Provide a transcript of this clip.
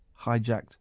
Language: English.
hijacked